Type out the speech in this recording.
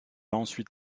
ensuite